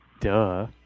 Duh